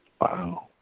Wow